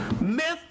Myth